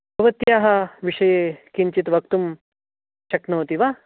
भवत्याः विषये किञ्चिद् वक्तुं शक्नोति वा